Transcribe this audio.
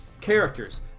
Characters